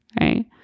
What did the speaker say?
right